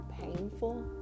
painful